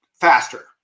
faster